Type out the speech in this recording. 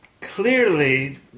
clearly